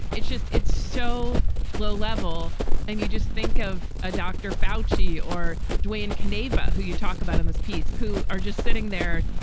it's just it's so low level and you just think of a dr. foushee or duane caneva, who you talk about in this piece, who are just sitting there,